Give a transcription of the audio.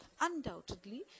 undoubtedly